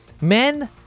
Men